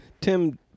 Tim